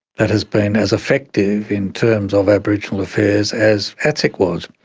that has been as effective in terms of aboriginal affairs as atsic was.